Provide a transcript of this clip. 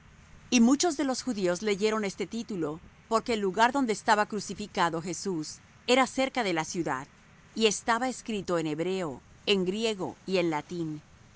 y muchos de los judíos leyeron este título porque el lugar donde estaba crucificado jesús era cerca de la ciudad y estaba escrito en hebreo en griego y en latín